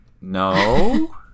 No